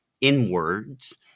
inwards